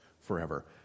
forever